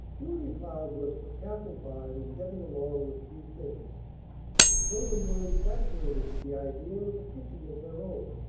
julia cloud was for careful buying and getting along with few things the children were infatuated with the idea of a kitchen of their own,